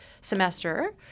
semester